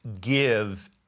give